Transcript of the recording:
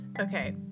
Okay